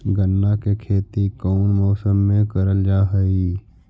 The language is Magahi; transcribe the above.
गन्ना के खेती कोउन मौसम मे करल जा हई?